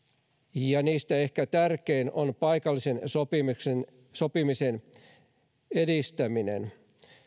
ja niistä ehkä tärkein on paikallisen sopimisen sopimisen edistäminen